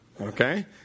okay